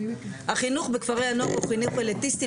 החינוך בכפרי הנוער הוא חינוך אליטיסטי,